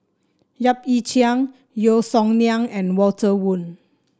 Yap Ee Chian Yeo Song Nian and Walter Woon